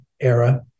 era